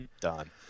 Done